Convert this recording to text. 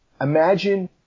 imagine